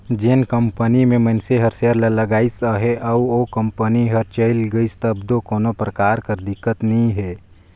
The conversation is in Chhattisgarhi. जेन कंपनी में मइनसे हर सेयर ल लगाइस अहे अउ ओ कंपनी हर चइल गइस तब दो कोनो परकार कर दिक्कत नी हे